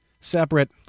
separate